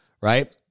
right